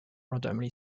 randomly